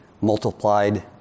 multiplied